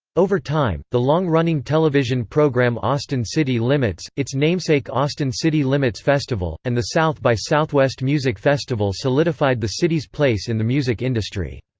over time, the long-running television program austin city limits, its namesake austin city limits festival, and the south by southwest music festival solidified the city's place in the music industry.